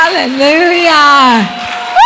Hallelujah